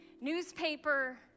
newspaper